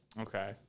Okay